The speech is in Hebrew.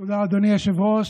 תודה, אדוני היושב-ראש.